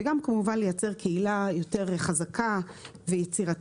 וגם כמובן לייצר קהילה יותר חזקה ויצירתית.